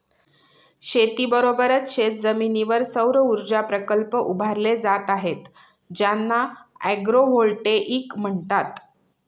शेतीबरोबरच शेतजमिनीवर सौरऊर्जा प्रकल्प उभारले जात आहेत ज्यांना ॲग्रोव्होल्टेईक म्हणतात